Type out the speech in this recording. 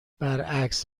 برعکس